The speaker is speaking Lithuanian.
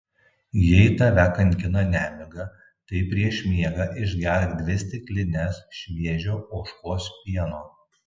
jei tave kankina nemiga tai prieš miegą išgerk dvi stiklines šviežio ožkos pieno